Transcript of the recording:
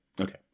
Okay